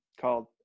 called